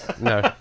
no